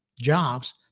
jobs